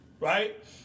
right